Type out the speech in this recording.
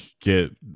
Get